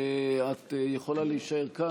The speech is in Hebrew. את יכולה להישאר כאן